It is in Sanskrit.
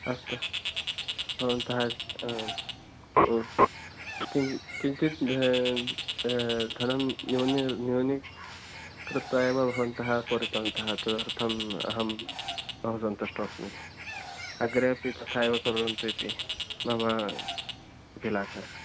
अस्तु भवन्तः आम् किं किञ्चित् धनं न्यूनी न्यूनी कृत्वा एव भवन्तः पूरितवन्तः तदर्थम् अहं बहु सन्तुष्टो अस्मि अग्रेपि तथा एव कुर्वन्तु इति नाम अभिलाशः